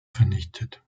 vernichtet